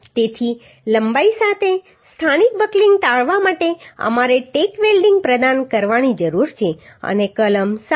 તેથી લંબાઇ સાથે સ્થાનિક બકલિંગ ટાળવા માટે અમારે ટેક વેલ્ડીંગtake welding પ્રદાન કરવાની જરૂર છે અને કલમ 7